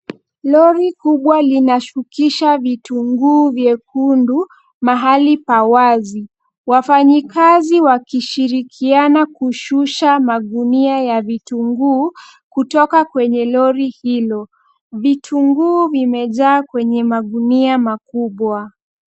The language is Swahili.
Lori kubwa linashukisha vitunguu vyekundu mahali pa wazi. Wafanyikazi wakishirikiana kushusha magunia ya vitunguu kutoka kwenye lori hilo. Vitunguu vimejaa kwenye magunia makubwa.